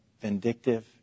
vindictive